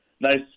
Nice